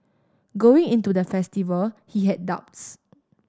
going into the festival he had doubts